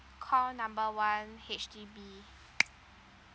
call number one H_D_B